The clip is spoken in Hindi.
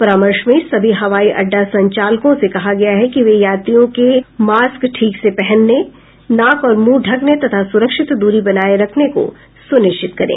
परामर्श में सभी हवाई अड्डा संचालकों से कहा गया है कि वे यात्रियों के मास्क ठीक से पहनने नाक और मुंह ढकने तथा सुरक्षित दूरी बनाए रखने को सुनिश्चित करें